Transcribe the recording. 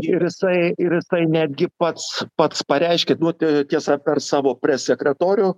ir jisai ir jisai netgi pats pats pareiškė nu tiesa per savo pres sekretorių